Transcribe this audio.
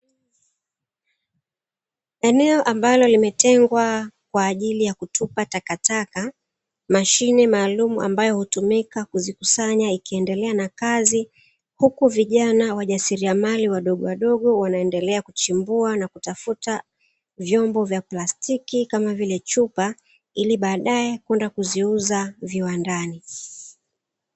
Eneo ambalo limetengwa kwa ajili ya kutupa takataka, mashine maaalumu ambayo hutumika kuzikusanya, ikiendelea na kazi, huku vijana wajasiriamali wadogo wadogo wanaendelea kuchimbua na kutafuta vyombo vya plastiki kama vile chupa, ili baadae kwenda kuviuza viwandani.